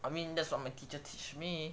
I mean that's what my teacher teach me